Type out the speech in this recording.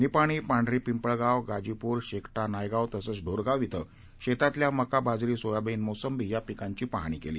निपाणि पांढरीपिंपळगाव गाजीपूर शेकटा नायगावतसंचढोरगावशेतातल्यामका बाजरी सोयाबीन मोसंबीयापिकांचीपाहणीकेली